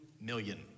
million